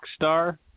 Rockstar